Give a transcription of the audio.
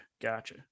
Gotcha